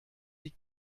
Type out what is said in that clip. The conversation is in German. die